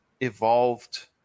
evolved